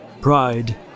pride